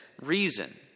reason